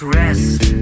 rest